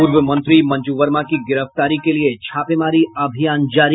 पूर्व मंत्री मंजू वर्मा की गिरफ्तारी के लिये छापेमारी अभियान जारी